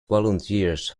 volunteers